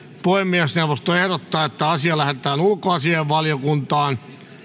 puhemiesneuvosto ehdottaa että asia lähetetään ulkoasiainvaliokuntaan